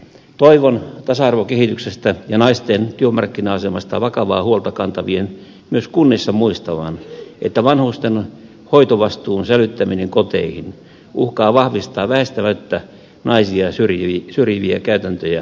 toivon tasa arvokehityksestä ja naisten työmarkkina asemasta vakavaa huolta kantavien myös kunnissa muistavan että vanhusten hoitovastuun sälyttäminen koteihin uhkaa vahvistaa väistämättä naisia syrjiviä käytäntöjä työelämässä